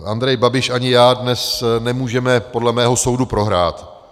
Andrej Babiš ani já dnes nemůžeme podle mého soudu prohrát.